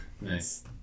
Nice